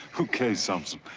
ok, sampson.